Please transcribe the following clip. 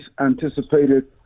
anticipated